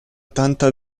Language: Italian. tanta